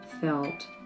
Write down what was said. felt